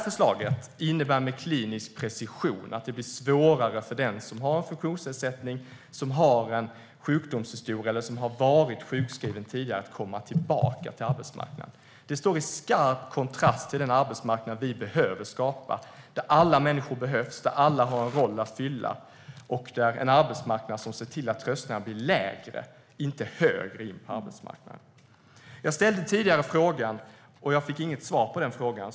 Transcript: Förslaget innebär med klinisk precision att det blir svårare för den som har en funktionsnedsättning, som har en sjukdomshistoria eller som tidigare har varit sjukskriven att komma tillbaka till arbetsmarknaden. Det står i skarp kontrast till den arbetsmarknad vi behöver skapa, där alla människor behövs, där alla har en roll att fylla, där trösklarna måste bli lägre, inte högre. Jag ställde tidigare en fråga som jag inte fick svar på.